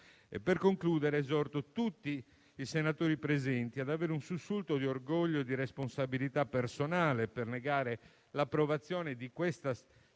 Per concludere esorto tutti i senatori presenti ad avere un sussulto di orgoglio e di responsabilità personale per negare l'approvazione del testo